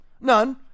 none